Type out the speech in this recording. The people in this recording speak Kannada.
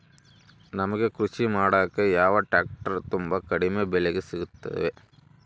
ನಮಗೆ ಕೃಷಿ ಮಾಡಾಕ ಯಾವ ಟ್ರ್ಯಾಕ್ಟರ್ ತುಂಬಾ ಕಡಿಮೆ ಬೆಲೆಗೆ ಸಿಗುತ್ತವೆ?